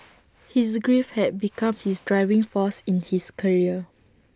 his grief had become his driving force in his career